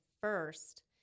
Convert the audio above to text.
first